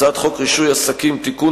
הצעת חוק רישוי עסקים (תיקון,